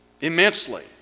immensely